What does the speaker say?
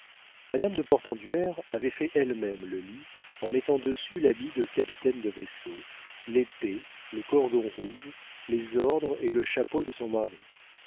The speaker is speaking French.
madame de portenduère avait fait elle-même le lit en mettant dessus l'habit de capitaine de vaisseau l'épée le cordon rouge les ordres et le chapeau de son mari